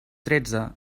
tretze